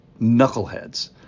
knuckleheads